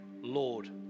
Lord